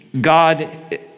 god